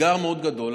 אתגר מאוד גדול,